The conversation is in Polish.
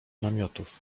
namiotów